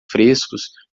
frescos